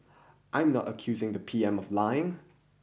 I am not accusing the P M of lying